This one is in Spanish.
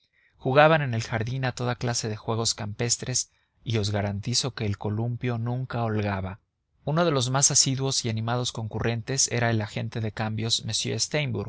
jugaban en el jardín a toda clase de juegos campestres y os garantizo que el columpio nunca holgaba uno de los más asiduos y animados concurrentes era el agente de cambios m